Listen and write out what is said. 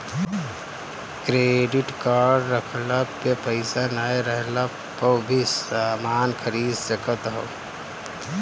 credit card रखला पे पईसा नाइ रहला पअ भी समान खरीद सकत हवअ